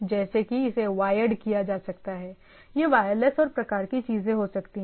जैसे कि इसे वायर्ड किया जा सकता है यह वायरलेस और प्रकार की चीजें हो सकती हैं